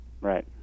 Right